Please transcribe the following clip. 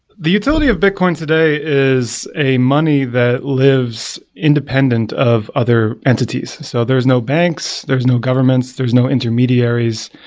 the utility of bitcoin today is a money that lives independent of other entities. so there's no banks governments, there's no governments, there's no intermediaries,